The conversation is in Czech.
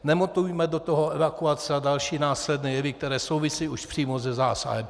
Nemontujme do toho evakuace a další následné jevy, které souvisejí už přímo se zásahem.